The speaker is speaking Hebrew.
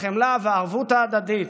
החמלה והערבות ההדדית,